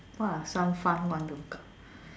what are some fun one to